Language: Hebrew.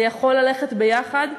זה יכול ללכת ביחד.